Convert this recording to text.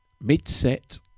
mid-set